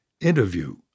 interview